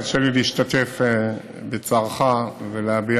הרשה לי להשתתף בצערך ולהביע